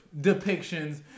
depictions